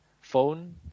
phone